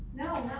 no,